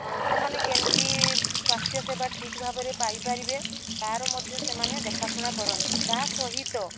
ସେମାନେ କେମିତି ସ୍ୱାସ୍ଥ୍ୟସେବା ଠିକ୍ ଭାବରେ ପାଇ ପାରିବେ ତାର ମଧ୍ୟ ସେମାନେ ଦେଖାଶୁଣା କରନ୍ତି ତା ସହିତ